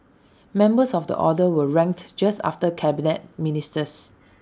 members of the order were ranked just after Cabinet Ministers